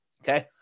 Okay